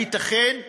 הייתכן?